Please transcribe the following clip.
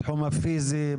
בתחום הפיזי,